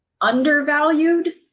undervalued